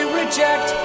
reject